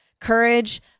Courage